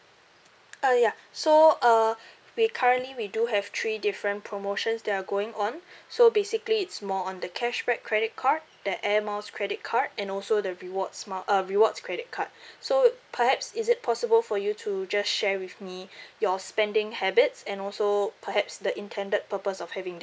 ah ya so uh we currently we do have three different promotions that are going on so basically it's more on the cashback credit card the air miles credit card and also the rewards mile uh rewards credit card so perhaps is it possible for you to just share with me your spending habits and also perhaps the intended purpose of having